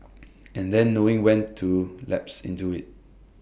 and then knowing when to lapse into IT